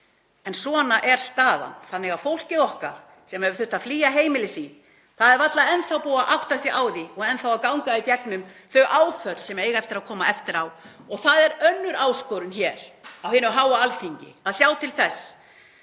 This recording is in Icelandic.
En svona er staðan, þannig að fólkið okkar sem hefur þurft að flýja heimili sín er varla enn þá búið að átta sig á því og er enn þá að ganga í gegnum áföll og fleiri sem eiga eftir að koma eftir á. Það er önnur áskorun hér á hinu háa Alþingi, að sjá til þess